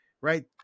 right